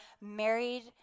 married